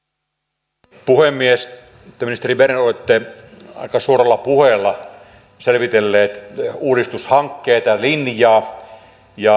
te ministeri berner olette aika suurella puheella selvitellyt uudistushankkeita ja linjaa